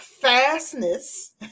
fastness